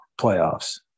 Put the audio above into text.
playoffs